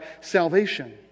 salvation